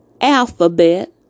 alphabet